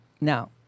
Now